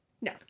No